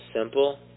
simple